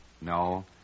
No